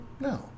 No